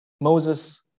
Moses